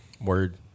Word